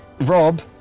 Rob